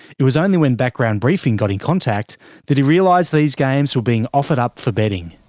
it was only when background briefing got in contact that he realised these games were being offered up for betting.